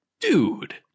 Dude